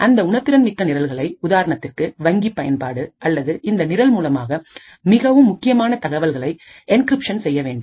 அந்த உணர்திறன் மிக்க நிரல்களை உதாரணத்திற்கு வங்கி பயன்பாடு அல்லது இந்த நிரல் மூலமாக மிகவும் முக்கியமான தகவல்களை என்கிரிப்ஷன் செய்ய வேண்டும்